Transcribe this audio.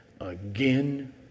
again